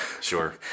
Sure